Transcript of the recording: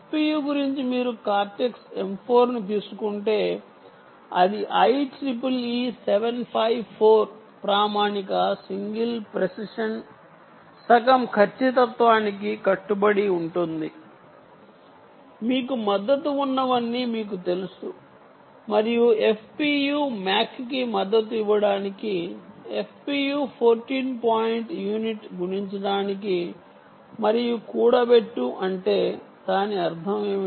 FPU గురించి మీరు cortex M 4 ను తీసుకుంటే అది IEEE 754 ప్రామాణిక సింగిల్ ప్రెసిషన్ సగం ఖచ్చితత్వానికి కట్టుబడి ఉంటుంది మీకు మద్దతు ఉన్నవన్నీ మీకు తెలుసు మరియు FPU MAC కి మద్దతు ఇవ్వడానికి FPU 14 పాయింట్ యూనిట్ గుణించటానికి మరియు కూడబెట్టు అంటే దాని అర్థం ఏమిటి